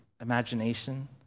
imagination